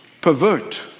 pervert